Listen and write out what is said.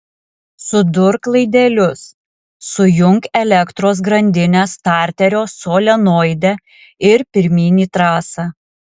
sudurk laidelius sujunk elektros grandinę starterio solenoide ir pirmyn į trasą